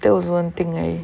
that was one thing I